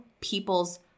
people's